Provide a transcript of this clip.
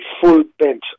full-bent